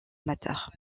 amateur